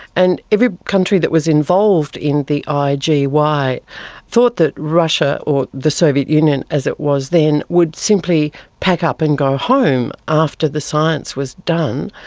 and every country that was involved in the igy thought thought that russia, or the soviet union as it was then, would simply pack up and go home after the science was done,